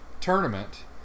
tournament